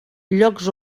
llocs